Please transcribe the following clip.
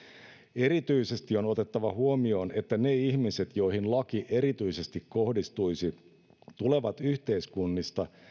erityisesti on otettava huomioon että ne ihmiset joihin laki erityisesti kohdistuisi tulevat yhteiskunnista